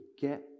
Get